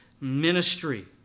ministry